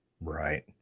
Right